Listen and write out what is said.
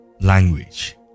language